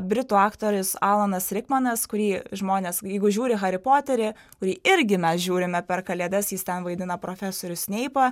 britų aktorius alanas rikmanas kurį žmonės jeigu žiūri harį poterį kurį irgi mes žiūrime per kalėdas jis ten vaidina profesorių sneipą